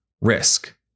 risk